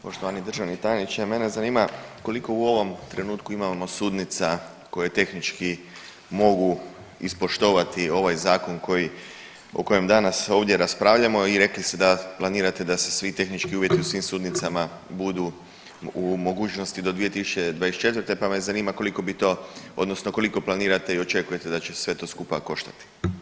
Poštovani državni tajniče mene zanima koliko u ovom trenutku imamo sudnica koje tehnički mogu ispoštovati ovaj zakon koji, o kojem danas ovdje raspravljamo i rekli ste da planirate da se svi tehnički uvjeti u svim sudnicama budu u mogućnosti do 2024. pa me zanima koliko bi to odnosno koliko planirate i očekujete da će sve to skupa koštati?